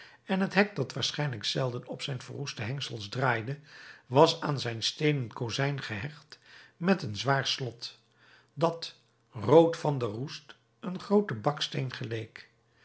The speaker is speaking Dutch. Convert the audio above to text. en het hek dat waarschijnlijk zelden op zijn verroeste hengsels draaide was aan zijn steenen kozijn gehecht met een zwaar slot dat rood van de roest een grooten baksteen geleek